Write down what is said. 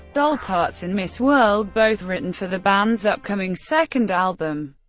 doll parts and miss world, both written for the band's upcoming second album.